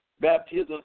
baptism